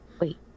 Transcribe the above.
Wait